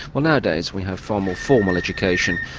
well nowadays we have far more formal education,